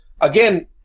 again